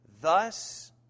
Thus